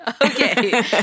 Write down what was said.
Okay